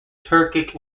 turkic